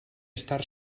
estar